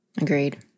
Agreed